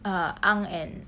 ah ang and